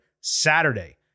Saturday